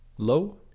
Low